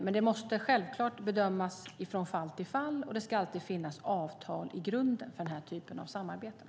Men det måste självklart bedömas från fall till fall, och det ska alltid finnas avtal i grunden för den här typen av samarbeten.